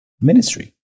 ministry